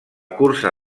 cursa